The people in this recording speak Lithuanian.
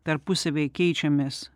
tarpusavyje keičiamės